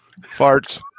Farts